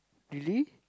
really